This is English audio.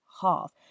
half